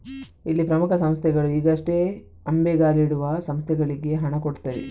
ಇಲ್ಲಿ ಪ್ರಮುಖ ಸಂಸ್ಥೆಗಳು ಈಗಷ್ಟೇ ಅಂಬೆಗಾಲಿಡುವ ಸಂಸ್ಥೆಗಳಿಗೆ ಹಣ ಕೊಡ್ತವೆ